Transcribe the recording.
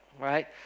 right